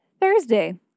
Thursday